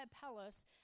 palace